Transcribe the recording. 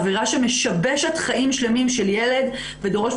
עבירה שמשבשת חיים שלמים של ילד ודורשת